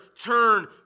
turn